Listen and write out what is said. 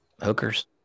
Hookers